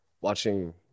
watching